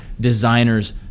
designers